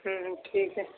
ہوں ہوں ٹھیک ہے